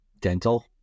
dental